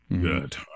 Good